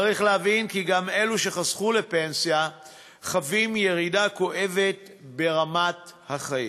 צריך להבין כי גם אלו שחסכו לפנסיה חווים ירידה כואבת ברמת החיים.